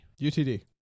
UTD